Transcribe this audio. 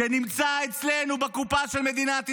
שנמצאים אצלנו בקופה של מדינת ישראל,